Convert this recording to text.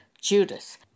Judas